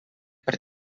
per